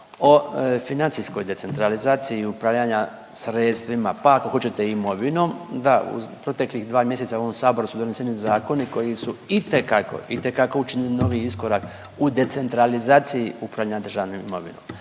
o financijskoj decentralizaciji upravljanja sredstvima, pa ako hoćete i imovinom, da u proteklih dva mjeseca u ovom saboru su doneseni zakoni koji su itekako, itekako učinili novi iskorak u decentralizaciji upravljanja državnom imovinom